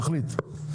תחליט,